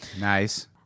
Nice